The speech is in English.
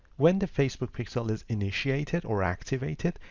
when the facebook pixel is initiated or activated,